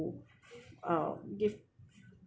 to uh give